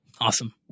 Awesome